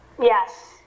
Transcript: yes